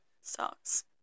Sucks